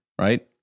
right